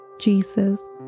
Jesus